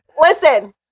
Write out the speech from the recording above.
Listen